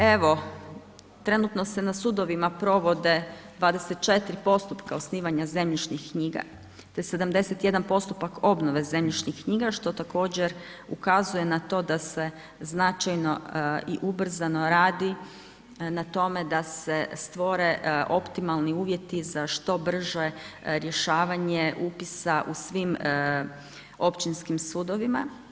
Evo, trenutno se na sudovima provode 24 postupka osnivanja zemljišnih knjiga te 71 postupak obnove zemljišnih knjiga, što također ukazuje na to da se značajno i ubrzano radi na tome da se stvore optimalni uvjeti za što brže rješavanje upisa u svim općinskim sudovima.